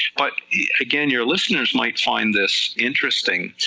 but again your listeners might find this interesting,